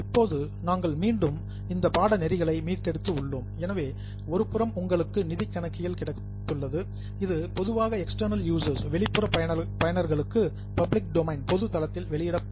இப்போது நாங்கள் மீண்டும் இந்த பாட நெறிகளை மீட்டெடுத்து உள்ளோம் எனவே ஒருபுறம் உங்களுக்கு நிதி கணக்கியல் கிடைத்துள்ளது இது பொதுவாக எக்ஸ்ட்டர்ணல் யூஷர்ஸ் வெளிப்புற பயனர்களுக்கு பப்ளிக் டொமைன் பொது தளத்தில் வெளியிடப்படுகிறது